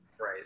Right